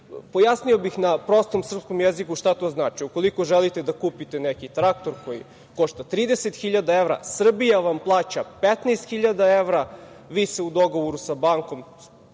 Objasnio bih na prostom srpskom jeziku šta to znači. Ukoliko želite da kupite neki traktor koji košta 30 hiljada evra, Srbija vam plaća 15 hiljada evra, vi u dogovoru sa bankom